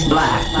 Black